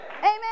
Amen